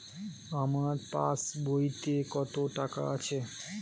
আমার পাস বইতে কত টাকা আছে?